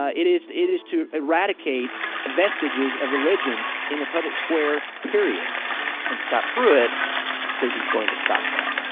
ah it is it is to eradicate the vestiges of religion in the public square, period and scott pruitt says he's going to stop that